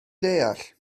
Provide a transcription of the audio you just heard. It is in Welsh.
deall